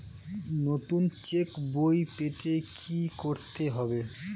নতুন চেক বই পেতে কী করতে হবে?